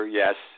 yes